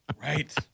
Right